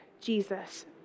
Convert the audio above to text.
Jesus